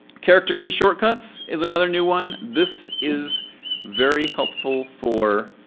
character key shortcuts is another new one. this is very helpful for